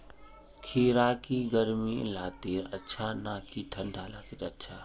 खीरा की गर्मी लात्तिर अच्छा ना की ठंडा लात्तिर अच्छा?